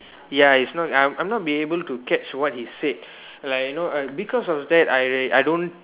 ya it's not I I not be able to catch what he said like you know uh because of that I I don't